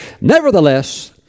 nevertheless